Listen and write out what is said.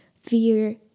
Fear